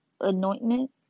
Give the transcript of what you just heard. anointment